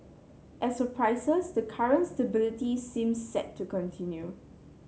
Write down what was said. as for prices the current stability seems set to continue